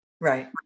Right